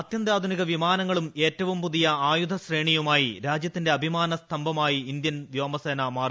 അത്യന്താധുനിക വിമാനങ്ങളും ഏറ്റവും പുതിയ ആയുധശ്രേണിയുമായി രാജ്യത്തിന്റെ അഭിമാന സ്തംഭമായി ഇന്ത്യൻ വ്യോമസേന മാറി